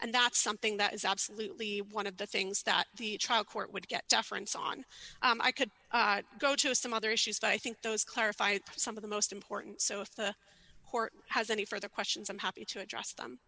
and that's something that is absolutely one of the things that the trial court would get deference on i could go to some other issues but i think those clarify some of the most important so if the court has any further questions i'm happy to address them